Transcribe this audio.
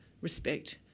respect